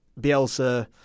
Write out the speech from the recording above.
Bielsa